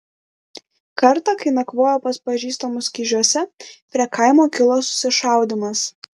kartą kai nakvojo pas pažįstamus kižiuose prie kaimo kilo susišaudymas